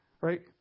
right